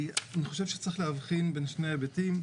אני חושב שצריך להבחין בין שני ההיבטים,